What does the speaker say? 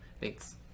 thanks